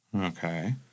Okay